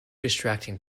distracting